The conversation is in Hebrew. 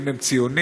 האם הם ציונים,